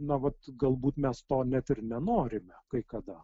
na vat galbūt mes to net ir nenorime kai kada